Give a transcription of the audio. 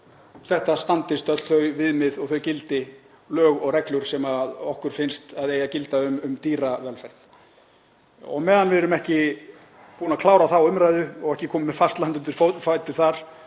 þetta standist öll þau viðmið og gildi, lög og reglur sem okkur finnst að eigi að gilda um dýravelferð. Á meðan við erum ekki búin að klára þá umræðu og ekki er komin með fast land undir fætur þar